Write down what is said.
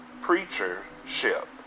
preachership